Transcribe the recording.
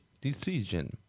Decision